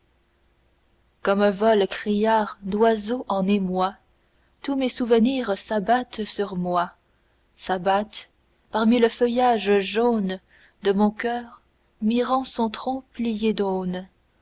comme un vol criard d'oiseaux en émoi tous mes souvenirs s'abattent sur moi s'abattent parmi le feuillage jaune de mon coeur mirant son tronc plié d'aune